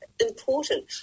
important